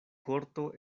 korto